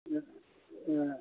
ம் ம்